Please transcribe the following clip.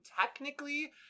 technically